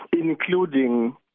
including